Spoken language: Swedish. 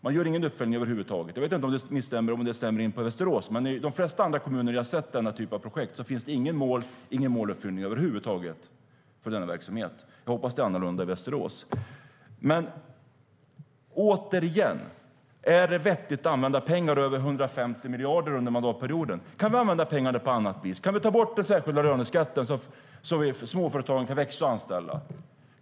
Man gör ingen uppföljning över huvud taget. Återigen: Är det vettigt att använda över 150 miljarder under mandatperioden så här? Kan vi använda pengarna på annat vis? Kan vi ta bort den särskilda löneskatten så att småföretagarna kan växa och anställa?